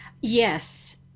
yes